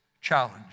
challenge